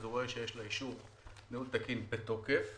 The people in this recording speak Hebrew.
הוא רואה שיש לה אישור ניהול תקין בתוקף,